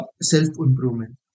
Self-improvement